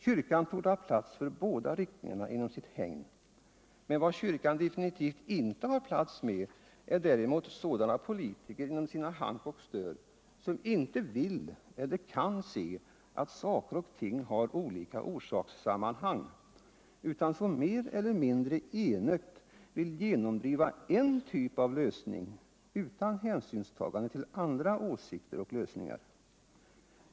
Kyrkan torde ha plats för båda riktningarna inom sitt hägn. Men vad kyrkan definitivt inre har plats för inom kyrkans hank och stör är sådana politiker som inte vill eller kan se att saker och ting har olika orsakssammanhang utan som mer eller mindre enögt vill genomdriva cew typ av lösning utan hänsynstagande till andra åsikter och lösningar.